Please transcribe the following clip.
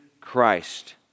Christ